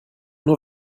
nur